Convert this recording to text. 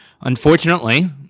unfortunately